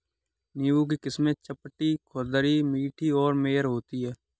नींबू की किस्में चपटी, खुरदरी, मीठी और मेयर होती हैं